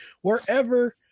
wherever